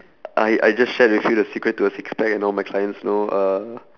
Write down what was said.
I I just shared with you the secret to a six pack and all my clients know uh